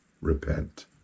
Repent